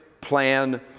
plan